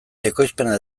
ekoizpena